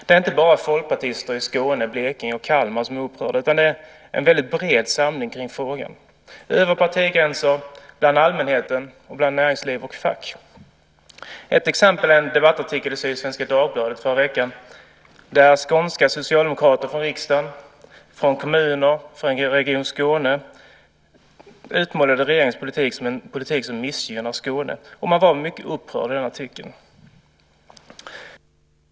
Det är inte bara folkpartister i Skåne, Blekinge och Kalmar som är upprörda, utan det är en väldigt bred samling kring frågan över partigränser bland allmänheten och bland näringsliv och fack. Ett exempel är en debattartikel i Sydsvenska Dagbladet i förra veckan där skånska socialdemokrater från riksdagen, kommuner och Region Skåne utmålade regeringens politik som en politik som missgynnar Skåne. Man var mycket upprörd i den artikeln.